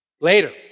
Later